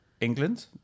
England